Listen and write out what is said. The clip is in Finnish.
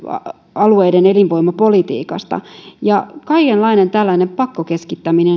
alueiden elinvoimapolitiikasta olen kuvitellut että kaikenlainen tällainen pakkokeskittäminen